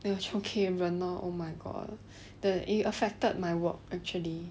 then 我就 okay 忍 lor it affected my work actually